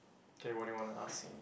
K what do you want to ask